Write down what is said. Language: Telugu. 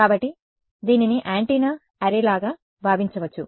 కాబట్టి దీనిని యాంటెన్నా అర్రే లాగా భావించవచ్చు